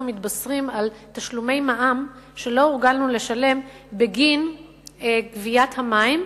אנחנו מתבשרים על תשלומי מע"מ שלא הורגלנו לשלם בגין גביית המים,